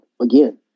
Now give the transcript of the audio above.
again